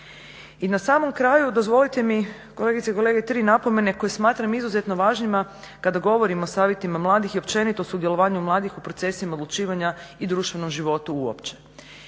I na samom kraju dozvolite mi kolegice i kolege tri napomene koje smatram izuzetno važnima kada govorimo o savjetima mladih i općenito sudjelovanju mladih u procesima odlučivanja i društvenom životu uopće.